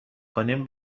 کنیم